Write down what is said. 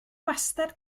wastad